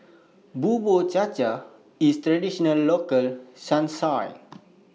Bubur Cha Cha IS A Traditional Local Son